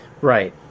Right